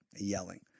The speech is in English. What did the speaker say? yelling